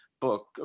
book